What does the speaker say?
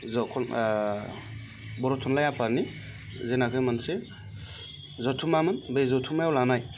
जख' बर' थुनलाइ आफादनि जेनाखि मोनसे जथुम्मामोन बे जथुम्मायाव लानाय